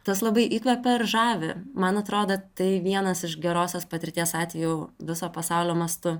tas labai įkvepia ir žavi man atrodo tai vienas iš gerosios patirties atvejų viso pasaulio mastu